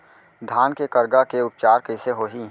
धान के करगा के उपचार कइसे होही?